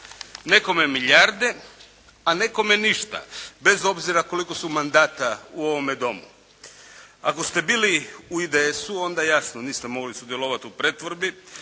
Nekome milijarde, a nekome ništa, bez obzira koliko su mandata u ovome Domu. Ako ste bili u IDS-u onda jasno niste mogli sudjelovati u pretvorbi.